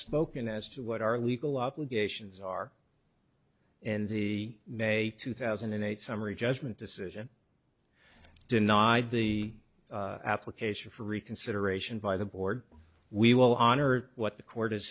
spoken as to what our legal obligations are in the may two thousand and eight summary judgment decision denied the application for reconsideration by the board we will honor what the court